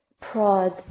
prod